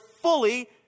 fully